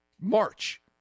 March